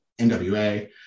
NWA